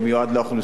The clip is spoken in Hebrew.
אולי זה לא מספיק,